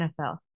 NFL